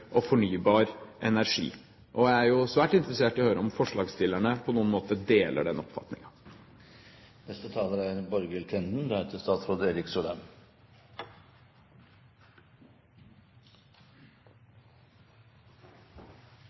og fornybar energi. Og jeg er svært interessert i å høre om forslagsstillerne på noen måte deler den